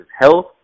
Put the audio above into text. health